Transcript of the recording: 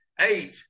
eight